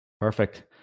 Perfect